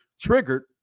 triggered